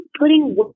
putting